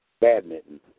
badminton